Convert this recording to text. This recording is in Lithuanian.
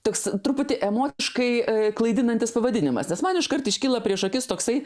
toks truputį emociškai klaidinantis pavadinimas nes man iškart iškyla prieš akis toksai